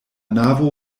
navo